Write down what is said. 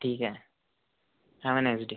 ठीक आहे have a nice day